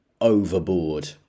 overboard